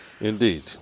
Indeed